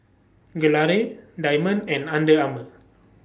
Gelare Diamond and Under Armour